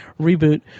reboot